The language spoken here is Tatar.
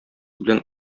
белән